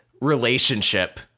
relationship